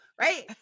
Right